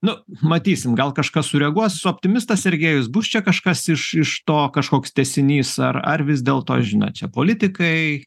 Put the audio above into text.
nu matysim gal kažkas sureaguos optimistas sergėjus bus čia kažkas iš iš to kažkoks tęsinys ar ar vis dėlto žinot čia politikai